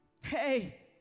Hey